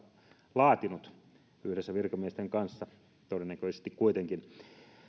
laatinut todennäköisesti yhdessä virkamiesten kanssa kuitenkin